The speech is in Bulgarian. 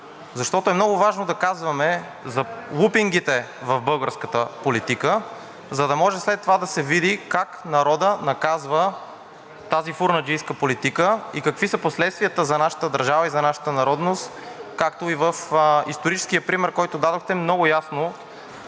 Защото е много важно да казваме за лупингите в българската политика, за да може след това да се види как народът наказва тази фурнаджийска политика и какви са последствията за нашата държава и за нашата народност. Както и в историческия пример, който дадохте, много ясно